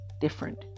different